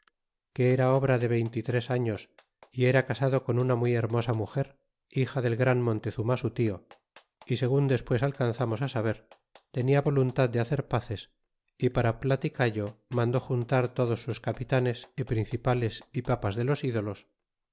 que era de obra de veinte y tres años y era casado con una muy hermosa muger hija del gran montezuma su tio y segun despues alcanzamos á saber tenia voluntad de hacer paces y para platicallo mandó juntar todos sus capitanes y principales y papas de los ídolos